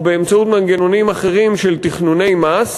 או באמצעות מנגנונים אחרים של תכנוני מס,